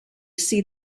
see